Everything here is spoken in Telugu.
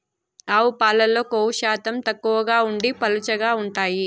ఆవు పాలల్లో కొవ్వు శాతం తక్కువగా ఉండి పలుచగా ఉంటాయి